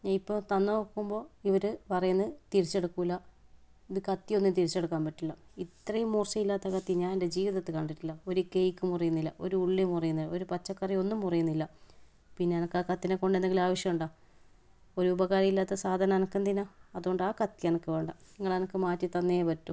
ഇനിയിപ്പോൾ തന്നു നോക്കുമ്പോൾ ഇവർ പറയുന്നു തിരിച്ചെടുക്കില്ല ഇത് കത്തി ഒന്നും തിരിച്ചെടുക്കാൻ പറ്റില്ല ഇത്രയും മൂർച്ച ഇല്ലാത്ത കത്തി ഞാൻ എൻ്റെ ജീവിതത്തിൽ കണ്ടിട്ടില്ല ഒരു കേക്ക് മുറിയുന്നില്ല ഒരു ഉള്ളി മുറിയുന്നില്ല ഒരു പച്ചക്കറി ഒന്നും മുറിയുന്നില്ല പിന്നെ എനിക്ക് ആ കത്തീനെ കൊണ്ട് എന്തെങ്കിലും ആവശ്യമുണ്ടോ ഒരു ഉപകാരമില്ലാത്ത സാധനം എനിക്ക് എന്തിനാണ് അതുകൊണ്ട് ആ കത്തി എനിക്ക് വേണ്ട നിങ്ങൾ എനിക്ക് മാറ്റി തന്നേ പറ്റൂ